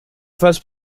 first